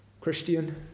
Christian